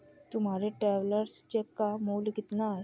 तुम्हारे travellers cheque का मूल्य कितना है?